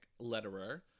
letterer